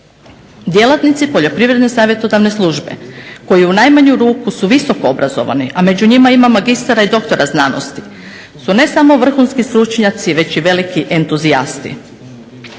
Djelatnici Poljoprivredne savjetodavne službe koji u najmanju ruku su visoko obrazovani, a među njima magistara i doktora znanosti, su ne samo vrhunski stručnjaci već i veliki entuzijasti.